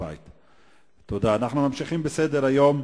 הבא בסדר-היום: